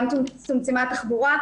גם צומצמה התחבורה,